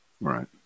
Right